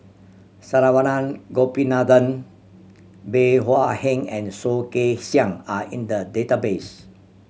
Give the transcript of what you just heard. Saravanan Gopinathan Bey Hua Heng and Soh Kay Siang are in the database